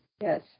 yes